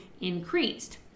increased